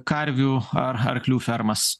karvių ar arklių fermas